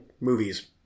movies